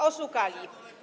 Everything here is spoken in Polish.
Oszukali.